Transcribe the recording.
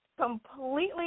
completely